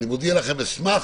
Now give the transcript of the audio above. אני מודיע לכם שאני אשמח.